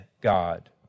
God